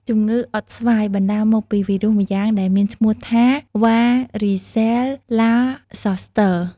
ជំងឺអុតស្វាយបណ្តាលមកពីវីរុសម្យ៉ាងដែលមានឈ្មោះថា វ៉ារីសេលឡាហ្សសស្ទើ។